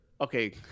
okay